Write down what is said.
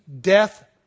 death